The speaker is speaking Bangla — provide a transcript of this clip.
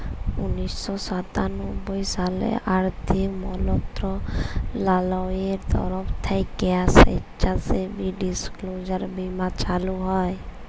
উনিশ শ সাতানব্বই সালে আথ্থিক মলত্রলালয়ের তরফ থ্যাইকে স্বেচ্ছাসেবী ডিসক্লোজার বীমা চালু হয়